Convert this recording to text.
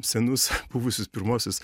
senus buvusius pirmuosius